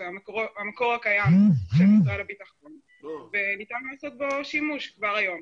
זה המקור הקיים במשרד הביטחון וניתן לעשות בו שימוש כבר היום.